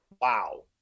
Wow